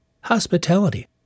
hospitality